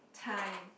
time